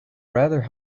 rather